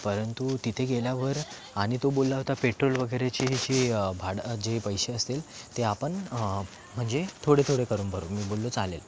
परंतु तिथे गेल्यावर आणि तो बोलला होता पेट्रोल वगैरेचे हे जे भाडं जे पैसे असतील ते आपण म्हणजे थोडे थोडे करून भरू मी बोललो चालेल